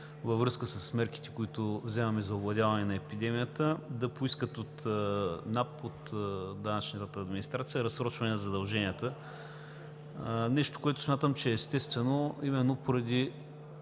във връзка с мерките, които вземаме за овладяване на епидемията, да поискат от НАП, от данъчната администрация разсрочване на задълженията. Нещо, което смятам, че е естествено именно за